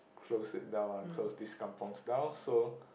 close it down ah close these kampungs down so